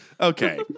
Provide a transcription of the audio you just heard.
Okay